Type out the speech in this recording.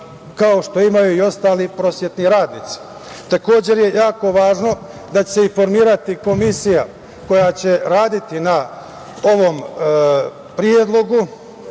kao što imaju i ostali prosvetni radnici. Takođe, jako je važno da će se formirati komisija koja će raditi na ovom predlogu